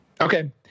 Okay